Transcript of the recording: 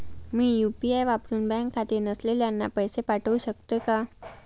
मी UPI वापरुन bank खाते नसलेल्यांना पैसे पाठवू शकते का?